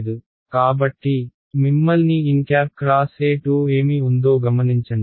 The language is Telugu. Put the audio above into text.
కాబట్టి మిమ్మల్ని nxE2 ఏమి ఉందో గమనించండి